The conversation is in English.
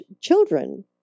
children